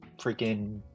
freaking